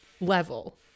level